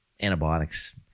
antibiotics